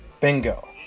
Bingo